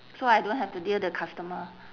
so I don't have to deal the customer